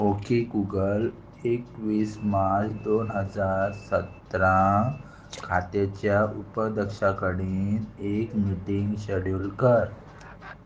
okay Google एकवीस March दोन हजार सतरा खात्याच्या उपदक्षा कडेन एक मिटींग शेड्यूल कर